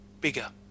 bigger